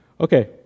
Okay